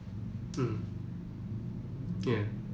mm ya